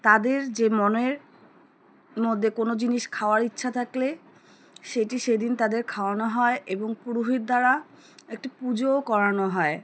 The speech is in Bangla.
তাদের যে মনের মধ্যে কোনো জিনিস খাওয়ার ইচ্ছা থাকলে সেটি সেদিন তাদের খাওয়ানো হয় এবং পুরোহিত দ্বারা একটি পুজোও করানো হয়